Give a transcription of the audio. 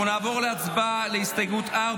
אנחנו נעבור להצבעה על הסתייגות 4,